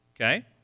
Okay